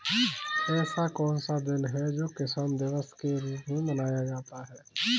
ऐसा कौन सा दिन है जो किसान दिवस के रूप में मनाया जाता है?